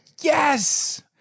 Yes